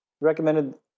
recommended